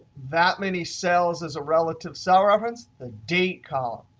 that many cells as a relative cell reference, the date column.